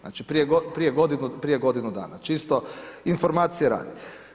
Znači, prije godinu dana, čisto informacije radi.